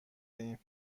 این